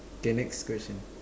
okay next question